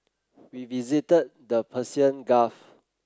we visited the Persian Gulf